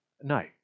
No